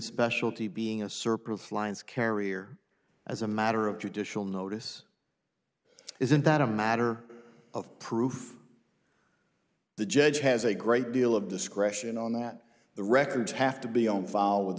specialty being a surplus lines carrier as a matter of judicial notice isn't that a matter of proof the judge has a great deal of discretion on that the records have to be on file with the